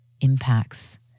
impacts